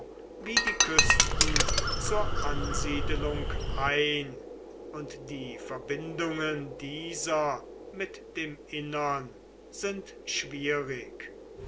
wie die küsten zur ansiedelung ein und die verbindungen dieser mit dem innern sind schwierig